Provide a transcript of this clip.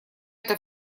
это